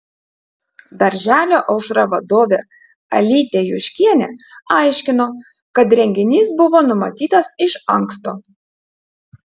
darželio aušra vadovė alytė juškienė aiškino kad renginys buvo numatytas iš anksto